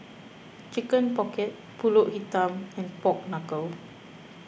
Chicken Pocket Pulut Hitam and Pork Knuckle